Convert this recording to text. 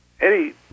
Eddie